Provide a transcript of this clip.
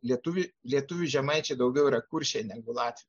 lietuvių lietuvių žemaičiai daugiau yra kuršiai negu latviai